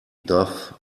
doth